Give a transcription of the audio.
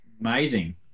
Amazing